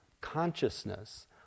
consciousness